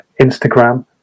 Instagram